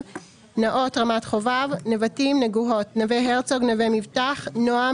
נאות (רמת) חובב נבטים נגוהות נווה הרצוג נווה מבטח נועם